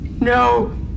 No